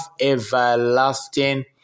everlasting